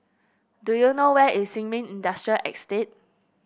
do you know where is Sin Ming Industrial Estate